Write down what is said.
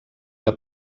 que